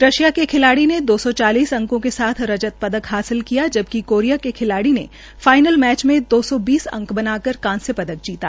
Russia के खिलाड़ी ने दो सौ चालीस अंकों के साथ रजत पदक हासिल किया जबकि कोरिया के खिलाड़ी ने फाईनल मैच में दो सौ बीस अंक बनाकर कांस्य पदक जीता